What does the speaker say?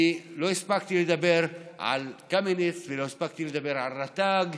אני לא הספקתי לדבר על קמיניץ ולא הספקתי לדבר על רט"ג.